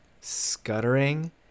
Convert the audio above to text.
scuttering